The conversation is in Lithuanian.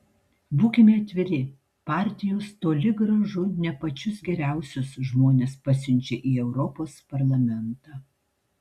būkime atviri partijos toli gražu ne pačius geriausius žmones pasiunčia į europos parlamentą